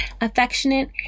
affectionate